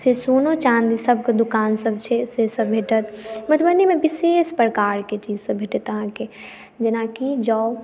फेर सोनो चाँदीसभ के दोकानसभ छै से सभ भेटत मधुबनीमे विशेष प्रकारके चीज सभ भेटत अहाँके जेनाकि जाउ